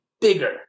bigger